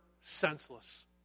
senseless